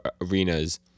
Arenas